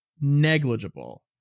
negligible